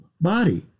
body